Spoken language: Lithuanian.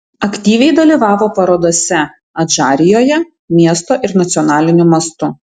aktyviai dalyvavo parodose adžarijoje miesto ir nacionaliniu mastu